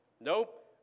Nope